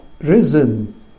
risen